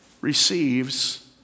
receives